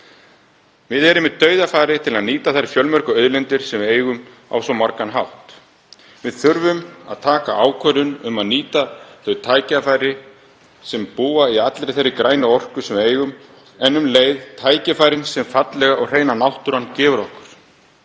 Við erum í dauðafæri til að nýta þær fjölmörgu auðlindir sem við eigum á svo margan hátt. Við þurfum að taka ákvörðun um að nýta þau tækifæri sem búa í allri þeirri grænu orku sem við eigum en um leið tækifærin sem fallega og hreina náttúran gefur okkur.